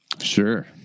Sure